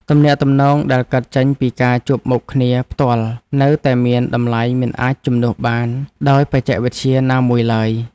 ទំនាក់ទំនងដែលកើតចេញពីការជួបមុខគ្នាផ្ទាល់នៅតែមានតម្លៃមិនអាចជំនួសបានដោយបច្ចេកវិទ្យាណាមួយឡើយ។